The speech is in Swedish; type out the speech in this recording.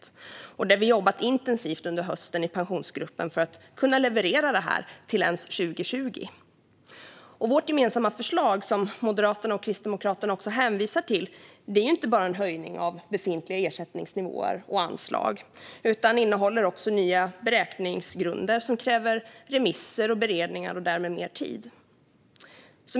Vi har jobbat intensivt i gruppen under hösten för att kunna leverera detta ens till 2020. Vårt gemensamma förslag, som Moderaterna och Kristdemokraterna hänvisar till, är inte bara en höjning av befintliga ersättningsnivåer och anslag utan innehåller också nya beräkningsgrunder, som kräver remisser och beredningar och därmed mer tid.